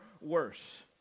worse